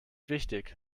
wichtig